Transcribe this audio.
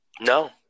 No